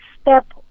step